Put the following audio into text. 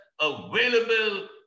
available